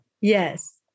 Yes